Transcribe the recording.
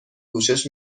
پوشش